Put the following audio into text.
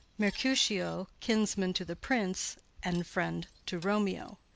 mercutio, kinsman to the prince and friend to romeo.